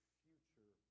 future